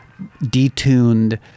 detuned